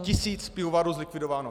Tisíc pivovarů zlikvidováno.